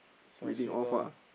Xiao Xi lor